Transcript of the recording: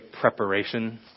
preparation